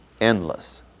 endless